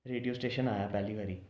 radio station आया पैह्ली बारी